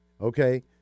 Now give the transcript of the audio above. Okay